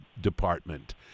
Department